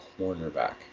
cornerback